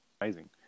amazing